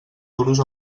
duros